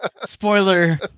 spoiler